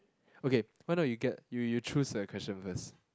okay why not you get you you choose a question first